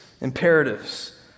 imperatives